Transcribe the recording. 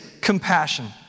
compassion